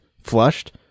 flushed